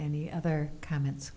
any other comments